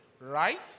right